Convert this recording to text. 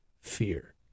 fear